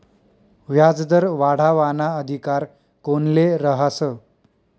व्याजदर वाढावाना अधिकार कोनले रहास?